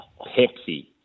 Pepsi